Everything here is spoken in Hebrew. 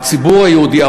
הציבור היהודי,